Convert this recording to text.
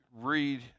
read